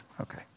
okay